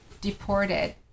deported